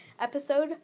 episode